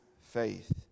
faith